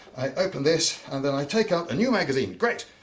i open this and then i take out a new magazine. great.